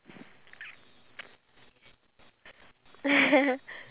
how did you feel did you like it playing luge with me